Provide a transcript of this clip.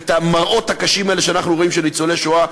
ואת המראות הקשים האלה שאנחנו רואים של ניצולי שואה.